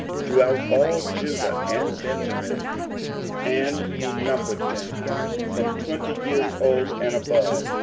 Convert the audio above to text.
throughout all judah and benjamin and he numbered them from twenty years old and above,